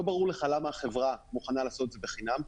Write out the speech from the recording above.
לא ברור לך למה החברה מוכנה לעשות את זה בחינם.